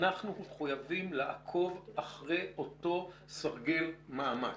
אנחנו מחויבים לעקוב אחרי אותו סרגל מאמץ.